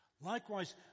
Likewise